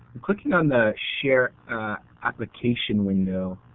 i'm clicking on the share application window.